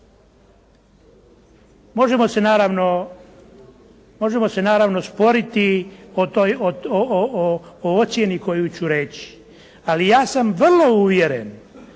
Možemo se naravno sporiti o ocjeni koju ću reći. Ali ja sam vrlo uvjeren